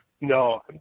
No